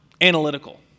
analytical